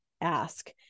ask